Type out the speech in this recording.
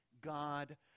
God